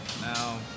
Now